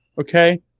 Okay